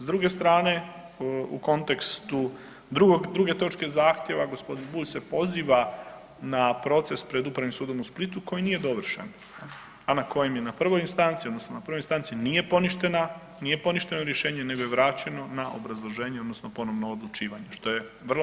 S druge strane u kontekstu druge točke zahtjeva gospodin Bulj se poziva na proces pred Upravnim sudom u Splitu koji nije dovršen, a na kojem je na prvoj instanci odnosno na prvoj instanci nije poništena, nije poništeno rješenje nego je vraćeno na obrazloženje odnosno ponovno odlučivanje, što je vrlo velika razlika.